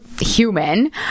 human